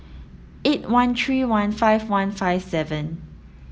eight one three one five one five seven